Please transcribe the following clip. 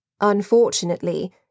Unfortunately